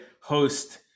host